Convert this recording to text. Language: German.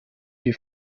die